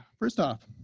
first off,